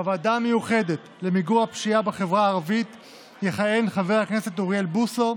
בוועדה המיוחדת למיגור הפשיעה בחברה הערבית יכהן חבר הכנסת אוריאל בוסו,